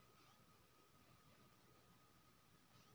कनी देखियौ त पैसा किये कटले इ?